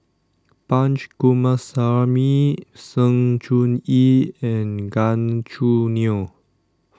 Punch Coomaraswamy Sng Choon Yee and Gan Choo Neo